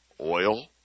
oil